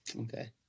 Okay